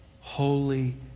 holy